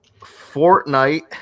Fortnite